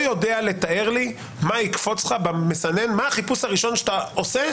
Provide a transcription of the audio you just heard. אתה יודע לעשות את הניטרולים האלה כדי להגיע למידע שאתה צריך.